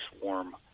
warm